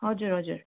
हजुर हजुर